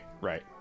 Right